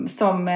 som